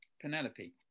Penelope